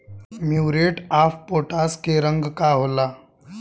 Muriate of potash के रंग का होला?